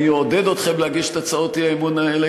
אעודד אתכם להגיש את הצעות האי-אמון האלה,